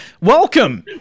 Welcome